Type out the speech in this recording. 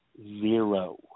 zero